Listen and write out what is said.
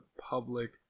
public